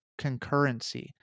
concurrency